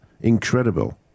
Incredible